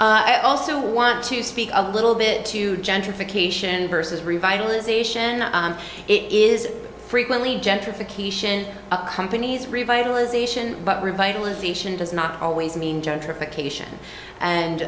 i also want to speak a little bit to gentrification versus revitalization it is frequently gentrification companies revitalization but revitalization does not always mean gentrification